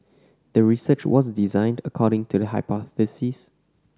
the research was designed according to the hypothesis